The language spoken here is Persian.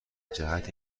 جهت